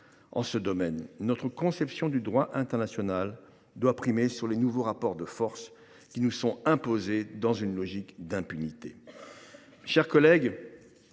en ce domaine. Notre conception du droit international doit primer les nouveaux rapports de force qui nous sont imposés dans une logique d’impunité.